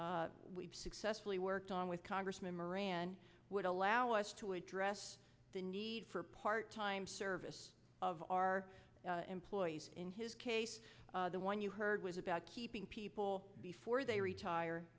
we've successfully worked on with congressman moran would allow us to address the need for part time service of our employees in his case the one you heard was about keeping people before they retire